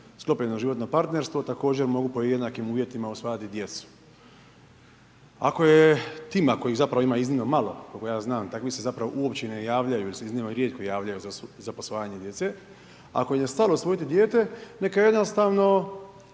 sklopljeno životno partnerstvo također mogu pod jednakim uvjetima usvajati djecu. Ako je tim, a zapravo ih ima iznimno malo koliko ja znam, takvi se uopće i ne javljaju ili se iznimno rijetko javljaju za posvajanje djece, ako im je stalo usvojiti dijete neka jednostavno